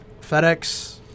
FedEx